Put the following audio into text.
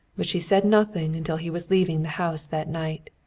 but she said nothing until he was leaving the house that night.